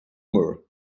more